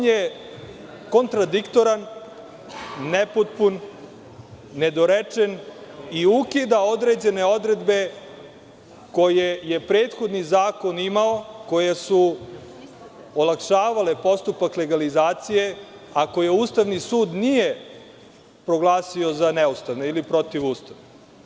Dalje, on je kontradiktoran, nepotpun, nedorečen i ukida određene odredbe koje je prethodni zakon imao koje su olakšavale postupak legalizacije, a koje Ustavni sud nije proglasio za neustavne ili protivustavne.